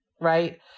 Right